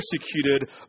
persecuted